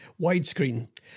widescreen